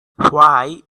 why